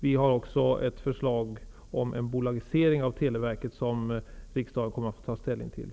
Vi har också ett förslag om en bolagisering av Televerket, som riksdagen kommer att få ta ställning till.